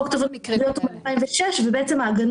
אבל היו עוד מקרים כאלה.